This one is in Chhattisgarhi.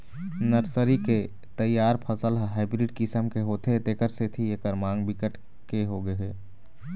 नर्सरी के तइयार फसल ह हाइब्रिड किसम के होथे तेखर सेती एखर मांग बिकट के होगे हे